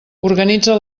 organitza